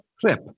clip